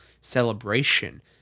celebration